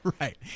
Right